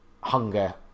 hunger